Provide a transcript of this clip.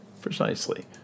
Precisely